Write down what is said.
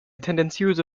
tendenziöse